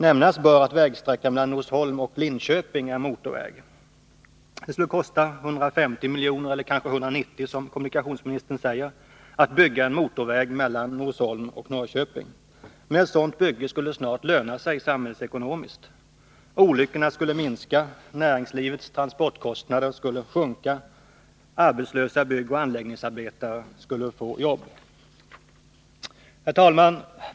Det bör nämnas att vägsträckan mellan Norsholm och Linköping är motorväg. Det skulle kosta 150 milj.kr. — eller kanske 190, som kommunikationsministern säger — att bygga en motorväg mellan Norsholm och Norrköping. Men ett sådant bygge skulle snart löna sig samhällsekonomiskt. Olyckorna skulle minska. Näringslivets transportkostnader skulle sjunka. Arbetslösa byggnadsoch anläggningsarbetare skulle få jobb. Herr talman!